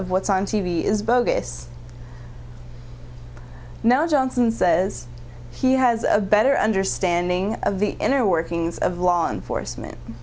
of what's on t v is bogus now johnson says he has a better understanding of the inner workings of law enforcement